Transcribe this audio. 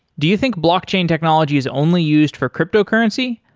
do you think blockchain technology is only used for cryptocurrency?